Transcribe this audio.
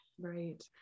Right